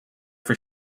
for